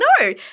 no